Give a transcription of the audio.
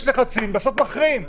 יש לחצים ובסוף מכריעים.